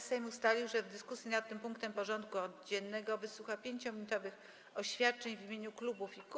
Sejm ustalił, że w dyskusji nad tym punktem porządku dziennego wysłucha 5-minutowych oświadczeń w imieniu klubów i kół.